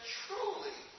truly